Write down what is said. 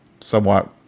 somewhat